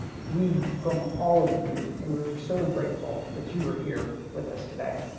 we come all of you. and we're so grateful that you are here with us today.